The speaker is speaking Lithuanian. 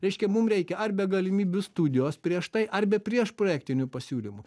reiškia mum reikia arbe galimybių studijos prieš tai arbe prieš projektinių pasiūlymų